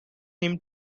him